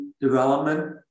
development